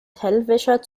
tellerwäscher